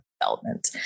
development